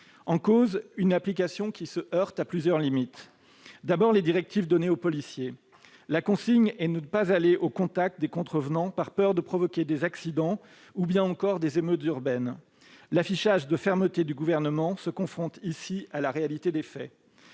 En cause, l'application de ce texte, qui se heurte à plusieurs limites. Tout d'abord, concernant les directives données aux policiers, la consigne est de ne pas aller au contact des contrevenants par peur de provoquer des accidents ou des émeutes urbaines. L'affichage de fermeté du Gouvernement bute ici sur la réalité des faits.